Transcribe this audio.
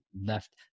left